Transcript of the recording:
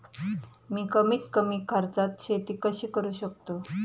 मी कमीत कमी खर्चात शेती कशी करू शकतो?